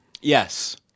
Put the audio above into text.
yes